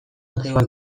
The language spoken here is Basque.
antzekoak